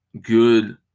good